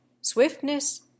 swiftness